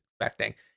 expecting